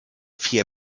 vier